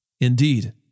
Indeed